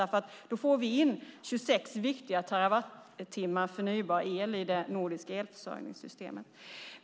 Därmed får vi in 26 viktiga terawattimmar förnybar el i det nordiska elförsörjningssystemet.